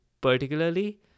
Particularly